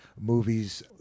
movies